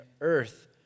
earth